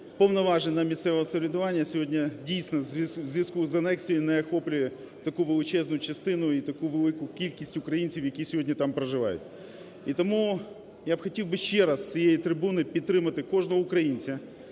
повноважень на місцеве самоврядування сьогодні, дійсно, у зв'язку з анексією не охоплює таку величезну частину і таку велику кількість українців, які сьогодні там проживають. Я тому я хотів би ще раз з цієї трибуни підтримати кожного українця,